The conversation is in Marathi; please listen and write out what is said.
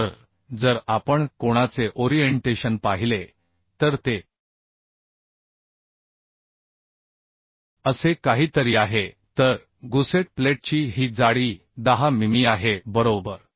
तर जर आपण कोणाचे ओरिएंटेशन पाहिले तर ते असे काहीतरी आहे तर गुसेट प्लेटची ही जाडी 10 मिमी आहे बरोबर